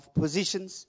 positions